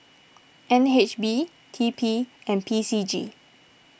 N H B T P and P C G